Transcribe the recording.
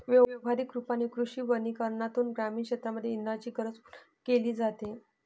व्यवहारिक रूपाने कृषी वनीकरनातून ग्रामीण क्षेत्रांमध्ये इंधनाची गरज पूर्ण केली जाते